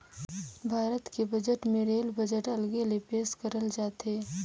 भारत के बजट मे rail budget अलगे ले पेस करल जाथे